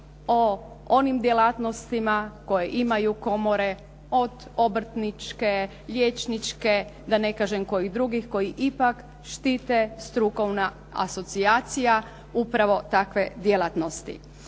o onim djelatnostima koje imaju komore od obrtničke, liječničke da ne kažem koji drugih koji ipak štite strukovna asocijacija upravo takve djelatnosti.